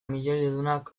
milioidunak